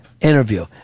interview